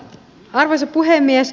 arvoisa puhemies